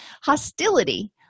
Hostility